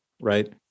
right